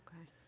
Okay